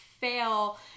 fail